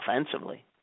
offensively